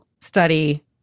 study